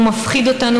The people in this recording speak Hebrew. הוא מפחיד אותנו,